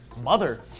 mother